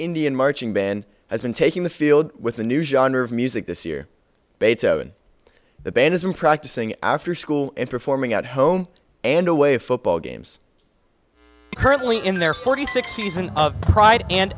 indian marching band has been taking the field with a new genre of music this year beethoven the band has been practicing after school and performing at home and away football games currently in their forty six season of pride and